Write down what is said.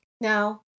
Now